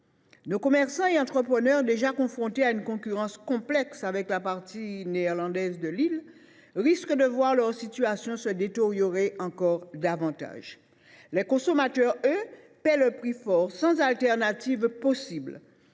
Nos commerçants et entrepreneurs, déjà confrontés à une concurrence complexe avec la partie néerlandaise de l’île, risquent de voir leur situation se détériorer encore davantage. Les consommateurs, eux, paient le prix fort sans disposer